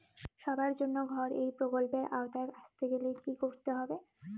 সবার জন্য ঘর এই প্রকল্পের আওতায় আসতে গেলে কি করতে হবে?